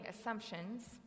assumptions